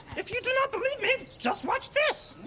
if you do not believe me, just watch this.